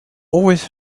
always